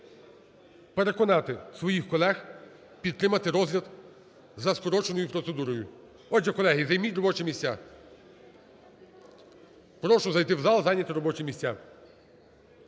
переконати своїх колег підтримати розгляд за скороченою процедурою. Отже, колеги, займіть робочі місця. Прошу зайти в зал і зайняти робочі місця.